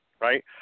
right